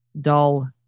dull